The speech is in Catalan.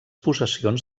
possessions